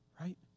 right